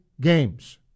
games